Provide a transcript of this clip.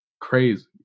Crazy